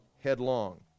headlong